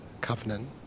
covenant